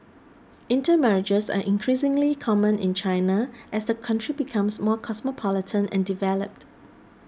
intermarriages are increasingly common in China as the country becomes more cosmopolitan and developed